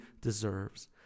deserves